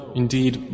indeed